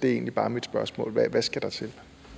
Gade): Udenrigsministeren. Kl. 21:47